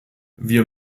wir